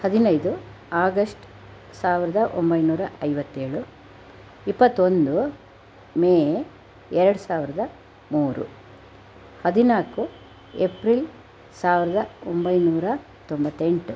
ಹದಿನೈದು ಆಗಸ್ಟ್ ಸಾವಿರದ ಒಂಬೈನೂರ ಐವತ್ತೇಳು ಇಪ್ಪತ್ತೊಂದು ಮೇ ಎರಡು ಸಾವಿರದ ಮೂರು ಹದಿನಾಲ್ಕು ಎಪ್ರಿಲ್ ಸಾವಿರದ ಒಂಬೈನೂರ ತೊಂಬತ್ತೆಂಟು